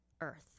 Earth